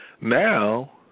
Now